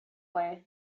way